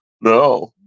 No